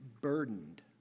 burdened